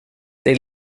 det